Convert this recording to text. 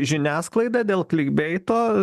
žiniasklaida dėl klikbeito